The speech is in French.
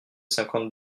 cinquante